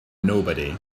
nobody